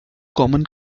common